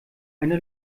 eine